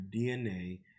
DNA